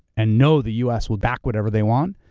and know the us will back whatever they want,